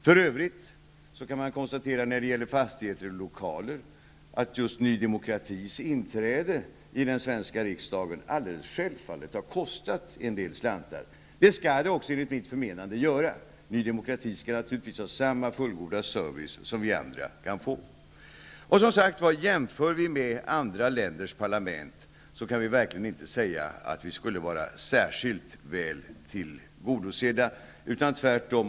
För övrigt kan man när det gäller fastigheter och lokaler konstatera att Ny demokratis inträde i den svenska riksdagen alldeles självklart har kostat en del slantar. Det skall det också göra enligt mitt förmenande. Ny demokrati skall naturligtvis ha samma fullgoda service som vi andra. Om vi jämför med andra länders parlament kan vi inte säga att vi är särskilt väl tillgodosedda. Det är tvärtom.